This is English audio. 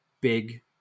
big